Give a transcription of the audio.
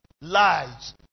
Lies